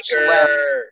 less